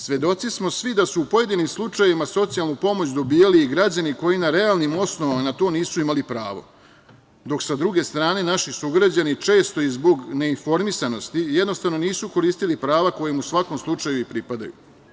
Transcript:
Svedoci smo svi da su u pojedinim slučajevima socijalnu pomoć dobijali i građani koji na realnim osnovama na to nisu imali pravo, dok sa druge strane naši sugrađani često i zbog neinformisanosti, jednostavno nisu koristili prava koja im u svakom slučaju pripadaju.